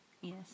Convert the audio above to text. Yes